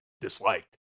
disliked